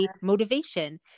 motivation